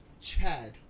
chad